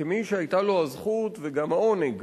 וכמי שהיתה לו הזכות, וגם העונג,